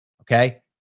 okay